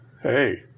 hey